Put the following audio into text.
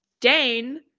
Dane